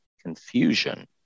confusion